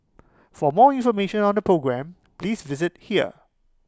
for more information on the programme please visit here